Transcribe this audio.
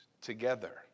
together